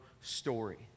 story